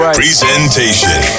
presentation